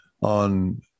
on